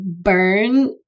burn